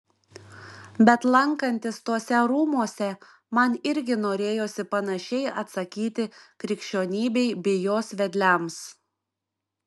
bet lankantis tuose rūmuose man irgi norėjosi panašiai atsakyti krikščionybei bei jos vedliams